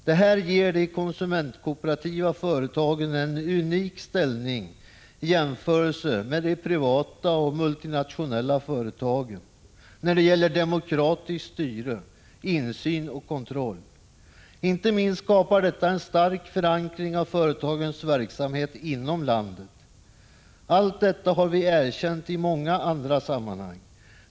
Detta ger de konsumentkooperativa företagen en unik ställning i jämförelse med de privata och multinationella företagen, när det gäller demokratiskt styre, insyn och kontroll. Inte minst skapar detta en stark förankring av företagens verksamhet inom landet. Allt detta har vi erkänt i många andra sammanhang.